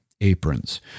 aprons